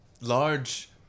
large